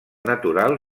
natural